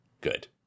Good